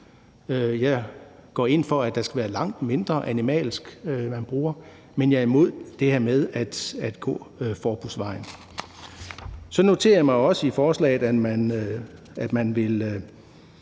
Jeg går ind for, at det, man bruger, skal være langt mindre animalsk, men jeg er imod det her med at gå forbudsvejen. Så noterer jeg mig også, at man i